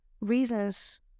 reasons